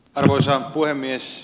arvoisa puhemies